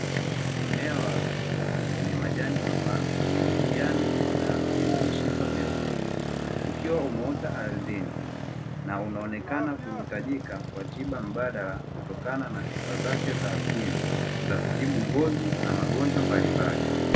Mmea wa alovera wenye majani mapana ya kijani na yenye mishipa meupe, ukiwa umeota ardhini na unaonekana kuhitajika kwa tiba mbadala kutokana na sifa zake za asili za kutibu ngozi na magonjwa mbalimbali.